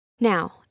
Now